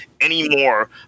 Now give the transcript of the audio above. anymore